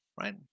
right